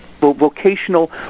Vocational